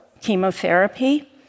chemotherapy